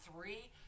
three